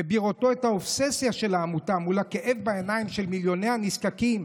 ובראותו את האובססיה של העמותה מול הכאב בעיניים של מיליוני הנזקקים,